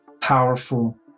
powerful